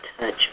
touch